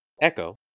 Echo